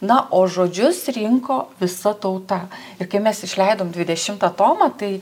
na o žodžius rinko visa tauta ir kai mes išleidom dvidešimtą tomą tai